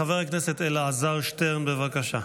חבר הכנסת אלעזר שטרן, בבקשה.